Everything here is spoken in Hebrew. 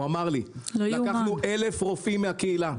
הוא אמר לי: לקחנו 1,000 רופאים מן הקהילה,